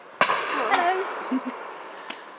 Hello